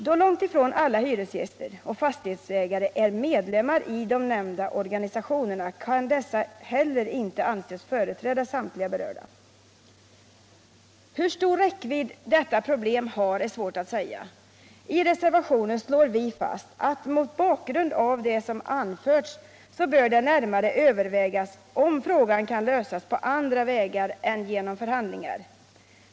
Då långt ifrån alla hyresgäster och fastighetsägare är medlemmar i de nämnda organisationerna kan dessa heller inte anses företräda samtliga berörda. Hur stor räckvidd detta problem har är svårt att säga. I reservationen slår vi fast att mot bakgrund av det som anförs bör det närmare övervägas om frågan kan lösas på andra vägar än genom förhandlingar.